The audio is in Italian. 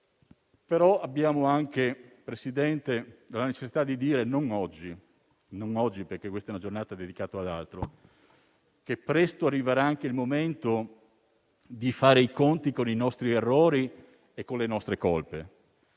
però, signor Presidente, la necessità di dire - non oggi, perché questa giornata è dedicata ad altro - che presto arriverà anche il momento di fare i conti con i nostri errori e con le nostre colpe.